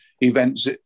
events